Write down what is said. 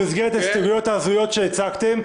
במסגרת ההסתייגויות ההזויות שהצגתם,